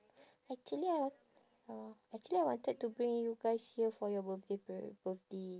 actually I wa~ uh actually I wanted to bring you guys here for your birthday pre~